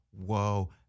whoa